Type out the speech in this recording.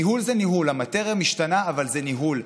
ניהול זה ניהול, המטריה משתנה אבל זה ניהול.